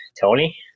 Tony